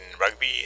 rugby